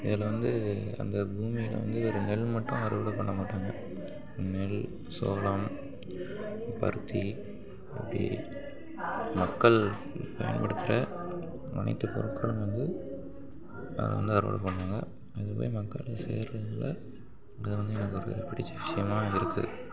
இதில் வந்து அந்த பூமியில் வந்து ஒரு நெல் மட்டும் அறுவடை பண்ண மாட்டாங்க நெல் சோளம் பருத்தி இப்படி மக்கள் பயன்படுத்துகிற அனைத்து பொருட்களும் வந்து அதை வந்து அறுவடை பண்ணுவாங்க இதை போய் மக்களை சேர்றதில் அது வந்து எனக்கு ஒரு பிடித்த விஷயமாக இருக்குது